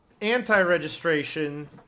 anti-registration